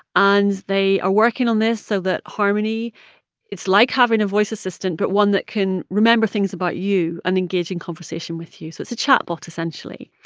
and they are working on this so that harmony it's like having a voice assistant but one that can remember things about you and engage in conversation with you. so it's a chatbot, essentially.